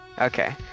Okay